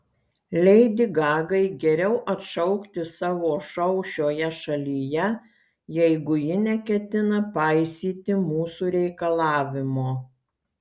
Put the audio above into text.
leidi gagai geriau atšaukti savo šou šioje šalyje jeigu ji neketina paisyti mūsų reikalavimo